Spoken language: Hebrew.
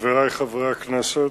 חברי חברי הכנסת,